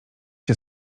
się